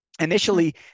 Initially